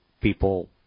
People